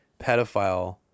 pedophile